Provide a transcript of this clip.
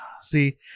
See